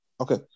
okay